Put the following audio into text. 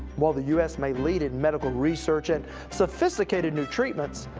while the u s may lead in medical research and sophisticated new treatments,